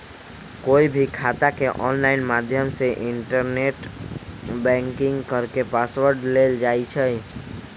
कोई भी खाता के ऑनलाइन माध्यम से इन्टरनेट बैंकिंग करके पासवर्ड लेल जाई छई